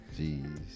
Jeez